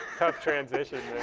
tough transition,